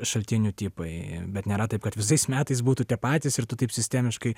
šaltinių tipai bet nėra taip kad visais metais būtų tie patys ir tu taip sistemiškai